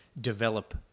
develop